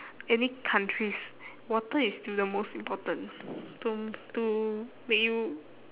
any countries water is still the most important to to make you